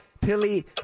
Pilly